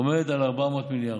ועומד על 400 מיליארד.